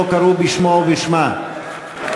אינה נוכחת משה גפני,